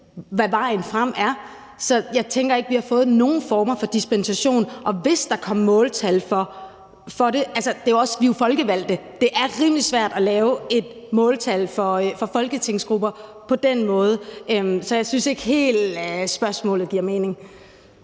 hvad vejen frem er. Så jeg tænker ikke, at vi har fået nogen former for dispensation. Og til det med, hvis der kom måltal for det, vil jeg sige, at vi jo er folkevalgte, og det er rimelig svært at lave et måltal for folketingsgrupper på den måde. Så jeg synes ikke helt, at spørgsmålet giver mening.